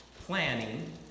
planning